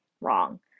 wrong